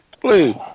Please